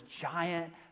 giant